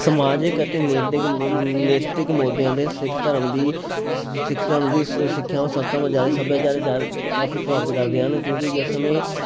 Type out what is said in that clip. ਸਮਾਜਿਕ ਅਤੇ ਨੇਤਿਕ ਮ ਨੈਤਿਕ ਮੁੱਦਿਆਂ ਦੇ ਸਿੱਖ ਧਰਮ ਦੀ ਸਿੱਖ ਧਰਮ ਦੀ ਸਿ ਸਿੱਖਿਆਵਾਂ ਸਤਵਾਂ ਜ਼ਿਆਦਾ ਸੱਭਿਆਚਾਰ ਜਾਚ ਕਾਫੀ ਪ੍ਰਭਾਵਿਤ ਕਰਦੇ ਹਨ ਕਿਉਂਕਿ ਜਿਸ ਸਮੇਂ